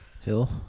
Hill